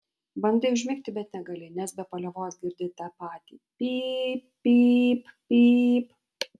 bandai užmigti bet negali nes be paliovos girdi tą patį pyp pyp pyp